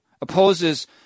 Opposes